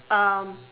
um